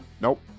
Nope